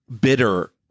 bitter